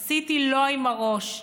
עשיתי 'לא' עם הראש,